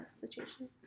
situation